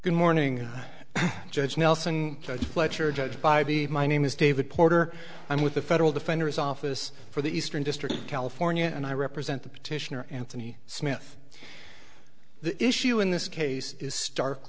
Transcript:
good morning judge nelson judge fletcher judge bybee my name is david porter i'm with the federal defenders office for the eastern district of california and i represent the petitioner anthony smith the issue in this case is